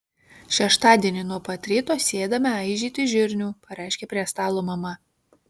šeštadienį nuo pat ryto sėdame aižyti žirnių pareiškė prie stalo mama